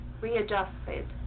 readjusted